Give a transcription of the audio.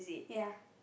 ya